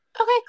Okay